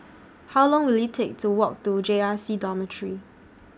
How Long Will IT Take to Walk to J R C Dormitory